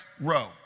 row